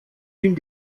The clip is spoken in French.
une